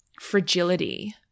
fragility